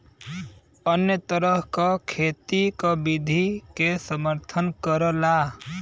अन्य तरह क खेती क विधि के समर्थन करला